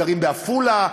גרים בעפולה,